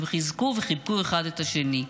הם חיזקו וחיבקו אחד את השני.